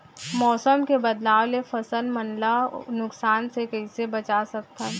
मौसम के बदलाव ले फसल मन ला नुकसान से कइसे बचा सकथन?